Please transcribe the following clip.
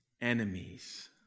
enemies